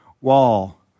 wall